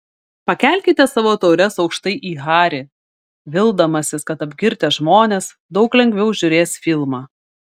pakelkite savo taures aukštai į harį vildamasis kad apgirtę žmonės daug lengviau žiūrės filmą